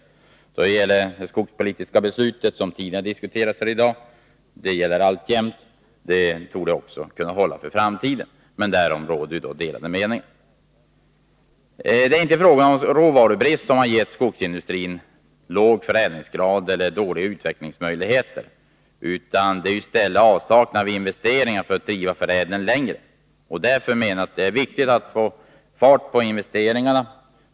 1979 års skogspolitiska beslut, som tidigare diskuterats här i dag, gäller alltjämt och torde också komma att hålla för framtiden. Men därom råder delade meningar. Det är inte råvarubrist som ger skogsindustrins låga förädlingsgrad eller dåliga utvecklingsmöjligheter — det är i stället avsaknaden av investeringar för att driva förädlingen längre. Därför är det viktigt att få fart på investeringarna.